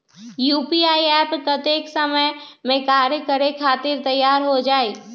UPI app कतेइक समय मे कार्य करे खातीर तैयार हो जाई?